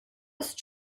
ist